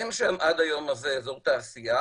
אין שם עד היום הזה אזור תעשייה,